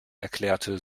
erklärte